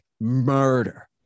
murder